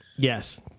Yes